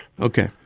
okay